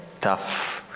tough